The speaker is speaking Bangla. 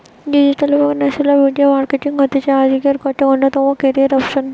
ডিজিটাল এবং সোশ্যাল মিডিয়া মার্কেটিং হতিছে আজকের গটে অন্যতম ক্যারিয়ার অপসন